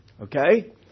Okay